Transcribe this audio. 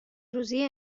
روزی